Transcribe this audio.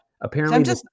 Apparently-